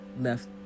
left